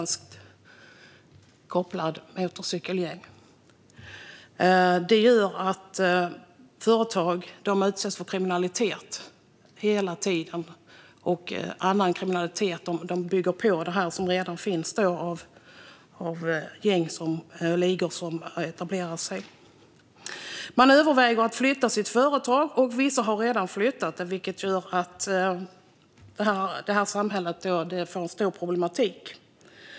Det gör att företag utsätts för kriminalitet hela tiden. Annan kriminalitet bygger på den som redan finns från gäng och ligor som har etablerat sig. Företagare överväger att flytta sitt företag, och vissa har redan flyttat. Det gör att detta samhälle får stora problem.